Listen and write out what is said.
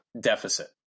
deficit